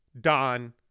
Don